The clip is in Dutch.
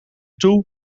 toe